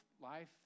life